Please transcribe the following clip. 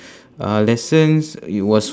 uh lessons it was